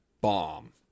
bomb